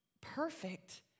perfect